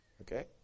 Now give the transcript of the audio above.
okay